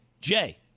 Jay